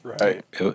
Right